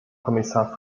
kommissar